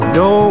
no